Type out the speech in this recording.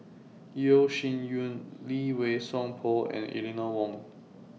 Yeo Shih Yun Lee Wei Song Paul and Eleanor Wong